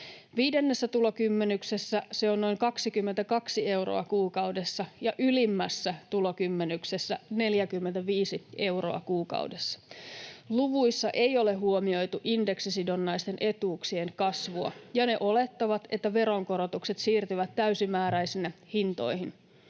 Viidennessä tulokymmenyksessä se on noin 22 euroa kuukaudessa ja ylimmässä tulokymmenyksessä 45 euroa kuukaudessa. Luvuissa ei ole huomioitu indeksisidonnaisten etuuksien kasvua, ja ne olettavat, että veronkorotukset siirtyvät täysimääräisinä hintoihin.